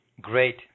great